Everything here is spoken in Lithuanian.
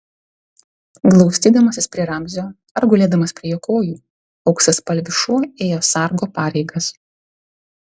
glaustydamasis prie ramzio ar gulėdamas prie jo kojų auksaspalvis šuo ėjo sargo pareigas